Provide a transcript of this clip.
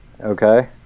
Okay